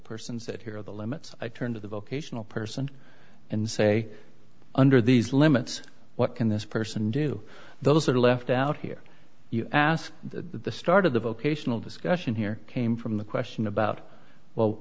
person said here are the limits i turn to the vocational person and say under these limits what can this person do the sort of left out here you ask the start of the vocational discussion here came from the question about well